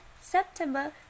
September